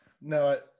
No